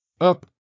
Up